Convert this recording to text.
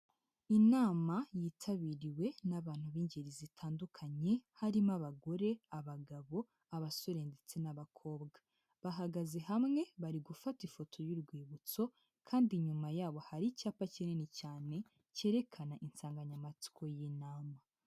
Inama yitabiriwe n'abantu b'ingeri zitandukanye, harimo abagore, abagabo, abasore ndetse n'abakobwa, bahagaze hamwe bari gufata ifoto y'urwibutso, kandi inyuma yabo hari icyapa kinini cyane cyerekana insanganyamatsiko y'inama.